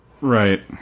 Right